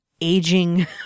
aging